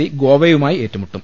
C ഗോവയുമായി ഏറ്റുമുട്ടും